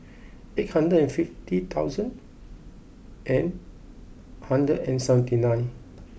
eight hundred and fifty thousand and hundred and seventy nine